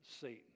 Satan